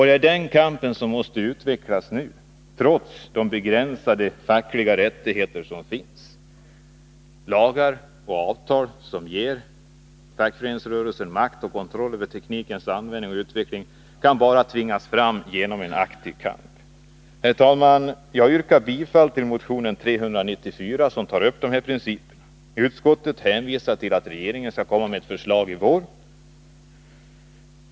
Det är den kampen som måste föras nu, trots de nuvarande begränsade fackliga rättigheterna. Lagar och avtal som ger fackföreningsrörelsen makt och kontroll över teknikens användning och utveckling kan bara tvingas fram genom en aktiv kamp. Herr talman! Jag yrkar bifall till motion 394, där de här principerna tas upp. Utskottet hänvisar till att regeringen tänker komma med förslag i vår.